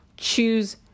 choose